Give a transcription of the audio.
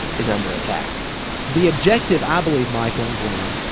is under attack the objective, i believe, michael and gwen,